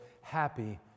happy